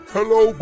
Hello